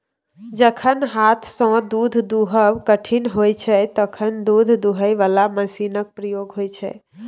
जखन हाथसँ दुध दुहब कठिन होइ छै तखन दुध दुहय बला मशीनक प्रयोग होइ छै